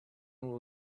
will